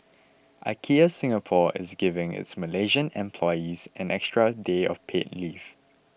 IKEA Singapore is giving its Malaysian employees an extra day of paid leave